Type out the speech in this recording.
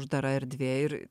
uždara erdvė ir